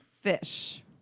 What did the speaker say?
Fish